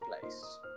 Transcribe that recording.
place